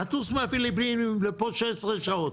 לטוס מהפיליפינים לפה 16 שעות.